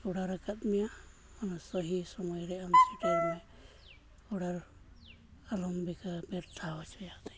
ᱚᱰᱟᱨᱟᱠᱟᱫ ᱢᱮᱭᱟ ᱥᱚᱦᱤ ᱥᱚᱢᱚᱭ ᱨᱮ ᱟᱢ ᱥᱮᱴᱮᱨᱟᱹᱧ ᱢᱮ ᱚᱰᱟᱨ ᱟᱞᱚᱢ ᱵᱮᱠᱟᱨ ᱵᱮᱨᱛᱷᱟ ᱦᱚᱪᱚᱭᱟ ᱛᱟᱹᱧ